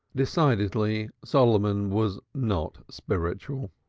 decidedly. solomon was not spiritual,